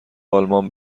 آلمان